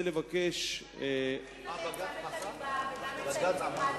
למה לא תחיל עליהם גם את הליבה וגם את האינטגרציה?